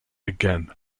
again